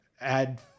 add